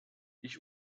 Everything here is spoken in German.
ich